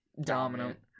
dominant